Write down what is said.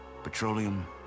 petroleum